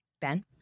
Ben